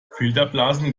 filterblasen